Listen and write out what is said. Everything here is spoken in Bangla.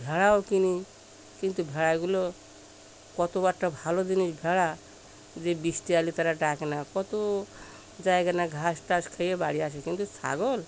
ভেড়াও কিনি কিন্তু ভেড়াগুলো কত একটা ভালো জিনিস ভেড়া যে বৃষ্টি আসলে তারা ডাকে না কত জায়গা না ঘাস টাস খেয়ে বাড়ি আসে কিন্তু ছাগল